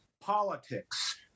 politics